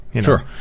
Sure